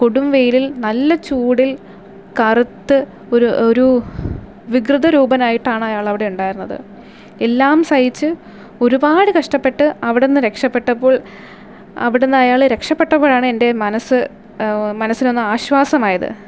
കൊടും വെയിലിൽ നല്ല ചൂടിൽ കറുത്ത് ഒരു ഒരു വികൃത രൂപനായിട്ടാണ് അയാളവിടെ ഉണ്ടായിരുന്നത് എല്ലാം സഹിച്ച് ഒരുപാട് കഷ്ടപ്പെട്ട് അവിടെ നിന്ന് രക്ഷപെട്ടപ്പോൾ അവിടെ നിന്നു അയാൾ രക്ഷപെട്ടപ്പോഴാണ് എൻ്റെ മനസ് മനസിനൊന്നു ആശ്വാസമായത്